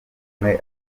umwe